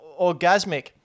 orgasmic